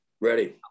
ready